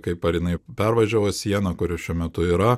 kaip ar inai pervažiavo sieną kur ji šiuo metu yra